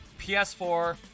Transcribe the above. PS4